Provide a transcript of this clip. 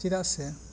ᱪᱮᱫᱟᱜ ᱥᱮ